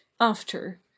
after